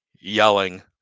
yelling